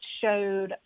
showed